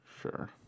Sure